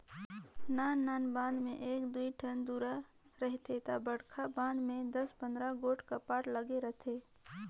नान नान बांध में एक दुई ठन दुरा रहथे ता बड़खा बांध में दस पंदरा गोट कपाट लगे रथे